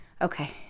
Okay